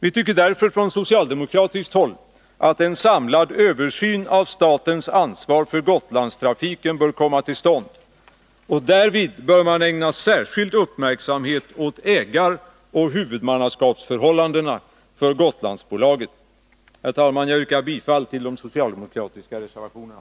Vi tycker därför från socialdemokratiskt håll att en samlad översyn av statens ansvar för Gotlandstrafiken bör komma till stånd. Därvid bör man ägna särskild uppmärksamhet åt ägaroch huvudmannaskapsförhållandena för Gotlandsbolaget. Herr talman! Jag yrkar bifall till de socialdemokratiska reservationerna.